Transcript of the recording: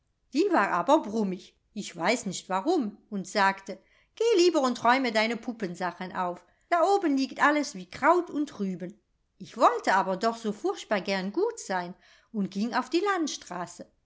die war aber brummig ich weiß nicht warum und sagte geh lieber und räume deine puppensachen auf da oben liegt alles wie kraut und rüben ich wollte aber doch so furchtbar gern gut sein und ging auf die landstraße